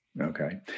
okay